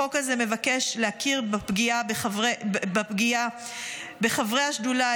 החוק הזה מבקש להכיר בפגיעה בחברי השדולה,